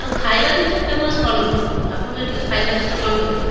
ଆଉ ଖାଇବା ଜିନିଷ ଫେମସ୍ କ'ଣ ଆପଣଙ୍କର ଏଠି ଖାଇବା ଜିନିଷ କଣ ଫେମସ୍